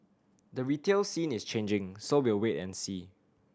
the retail scene is changing so we'll wait and see